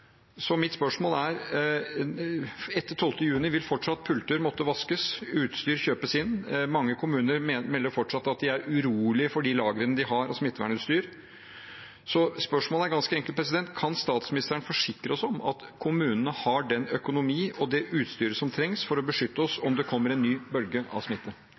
Etter den 12. juni vil pulter fortsatt måtte vaskes og utstyr kjøpes inn. Mange kommuner melder fortsatt om at de er urolige for de lagrene av smittevernutstyr de har. Så spørsmålet er ganske enkelt: Kan statsministeren forsikre oss om at kommunene har den økonomien og det utstyret som trengs for å beskytte oss om det kommer en ny bølge av